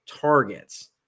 targets